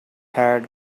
had